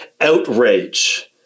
outrage